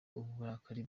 uburakari